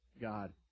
God